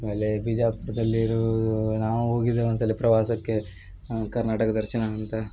ಆಮೇಲೆ ಬಿಜಾಪುರ್ದಲ್ಲಿ ಇರೂ ನಾವು ಹೋಗಿದ್ದೇವೆ ಒಂದ್ಸಲಿ ಪ್ರವಾಸಕ್ಕೆ ಕರ್ನಾಟಕ ದರ್ಶನ ಅಂತ